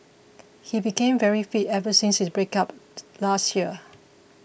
he became very fit ever since his breakup last year